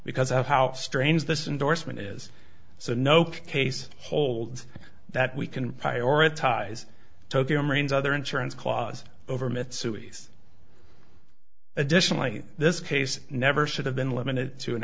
because of how strange this indorsement is so no case holds that we can prioritize tokio marines other insurance clause over mitsui us additionally this case never should have been limited to an